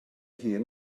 hun